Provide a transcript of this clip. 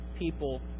people